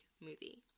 movie